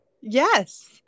yes